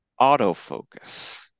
Autofocus